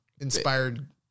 Inspired